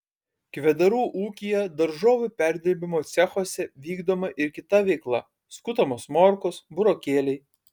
kvedarų ūkyje daržovių perdirbimo cechuose vykdoma ir kita veikla skutamos morkos burokėliai